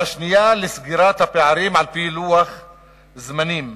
והשנייה, לסגירת הפערים על-פי לוח זמנים.